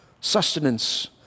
sustenance